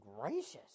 gracious